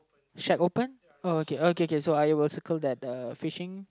shack open oh okay okay okay so I will circle that uh fishing